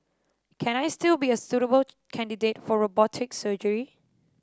can I still be a suitable candidate for robotic surgery